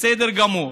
בסדר גמור,